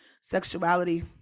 sexuality